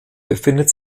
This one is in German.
befindet